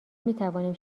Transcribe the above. میتوانیم